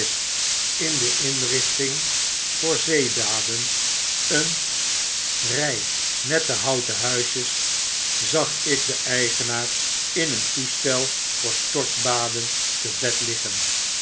in de inrichting voor zeebaden een rij nette houten huisjes z a g ik den eigenaar in een toestel voor stortbaden te bedliggen